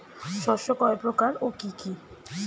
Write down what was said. শস্য কয় প্রকার কি কি?